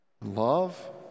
love